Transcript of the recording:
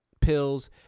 pills